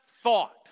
thought